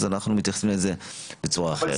אז אנחנו מתייחסים לזה בצורה אחרת.